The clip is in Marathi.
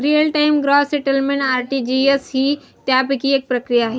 real time gross settlement RTGS ही त्यापैकी एक प्रक्रिया आहे